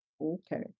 Okay